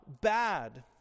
bad